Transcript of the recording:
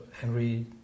Henry